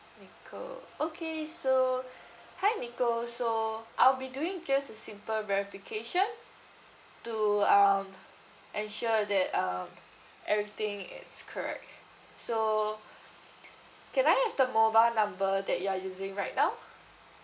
nicole okay so hi nicole so ah we doing just a simple verification to um ensure that um everything is correct so can I have the mobile number that you are using right now